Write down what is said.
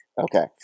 Okay